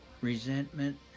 resentment